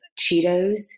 Cheetos